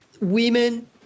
women